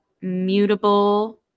mutable